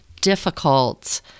difficult